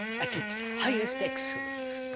at its highest excellence.